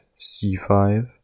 c5